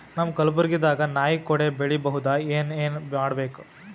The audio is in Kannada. ನಮ್ಮ ಕಲಬುರ್ಗಿ ದಾಗ ನಾಯಿ ಕೊಡೆ ಬೆಳಿ ಬಹುದಾ, ಏನ ಏನ್ ಮಾಡಬೇಕು?